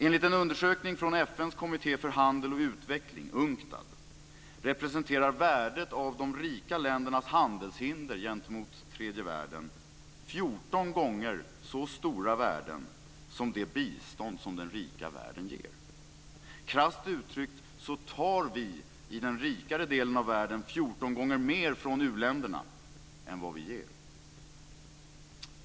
Enligt en undersökning från FN:s kommitté för handel och utveckling, UNCTAD, är värdet av de rika ländernas handelshinder gentemot tredje världen 14 gånger så stort som värdet av det bistånd som den rika världen ger. Krasst uttryckt tar vi i den rikare delen av världen 14 gånger mer från u-länderna än vad vi ger.